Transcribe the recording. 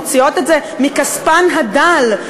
מוציאות את זה מכספן הדל,